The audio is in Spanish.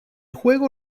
juego